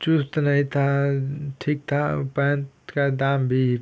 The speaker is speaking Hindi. चुस्त नहीं था ठीक था पैन्ट का दाम भी